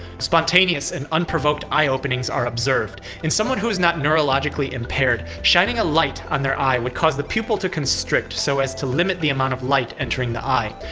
spontaneous and unprovoked eye-openings are observed. in someone who is not neurologically impaired, shining a light on their eye would cause the pupil to constrict so as to limit the amount of light entering the eye.